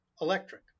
electric